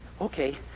Okay